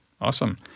awesome